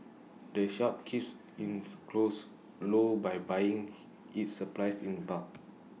the shop keeps its costs low by buying its supplies in bulk